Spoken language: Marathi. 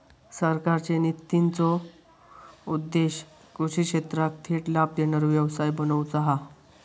सरकारचे नितींचो उद्देश्य कृषि क्षेत्राक थेट लाभ देणारो व्यवसाय बनवुचा हा